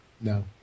no